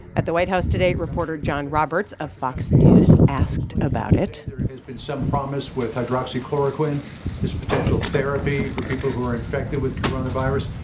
at the white house today, reporter john roberts of fox news asked about has been some promise with hydroxychloroquine, this potential therapy for people who are infected with coronavirus.